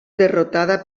derrotada